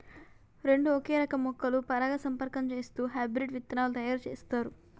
రెండు ఒకే రకం మొక్కలు పరాగసంపర్కం చేస్తూ హైబ్రిడ్ విత్తనాలు తయారు చేస్తారు